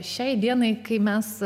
šiai dienai kai mes